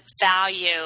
value